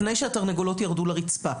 לפני שהתרנגולות ירדו לרצפה.